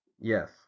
yes